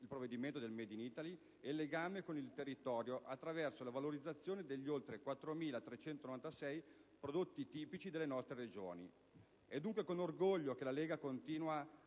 il provvedimento sul *made in Italy*. Il legame con il territorio, attraverso la valorizzazione dei 4.396 prodotti tipici delle nostre Regioni. Con orgoglio, la Lega Nord continua a